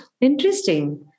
Interesting